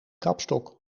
kapstok